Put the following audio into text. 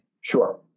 sure